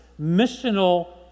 missional